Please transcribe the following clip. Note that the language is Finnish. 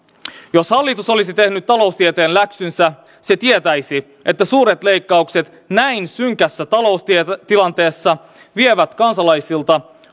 jos hallitus olisi tehnyt taloustieteen läksynsä se tietäisi että suuret leikkaukset näin synkässä taloustilanteessa vievät kansalaisilta